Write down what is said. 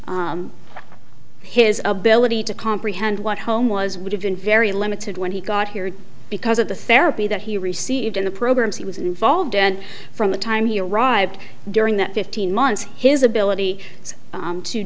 his ability to comprehend what home was would have been very limited when he got here because of the therapy that he received in the programs he was involved in from the time he arrived during that fifteen months his ability